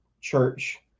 church